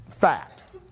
fact